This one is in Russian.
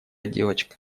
девочка